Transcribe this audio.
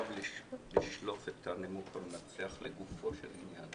לשלוף את --- המנצח לגופו של עניין.